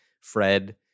Fred